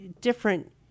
different